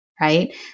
right